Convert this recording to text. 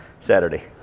Saturday